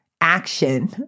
action